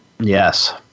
Yes